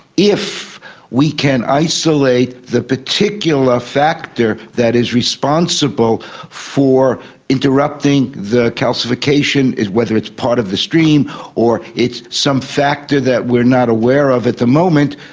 if we can isolate the particular factor that is responsible for interrupting the calcification, whether it's part of the stream or it's some factor that we are not aware of at the moment,